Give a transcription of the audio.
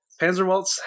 Panzerwaltz